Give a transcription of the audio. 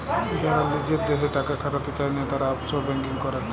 যারা লিজের দ্যাশে টাকা খাটাতে চায়না, তারা অফশোর ব্যাঙ্কিং করেক